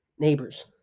Neighbors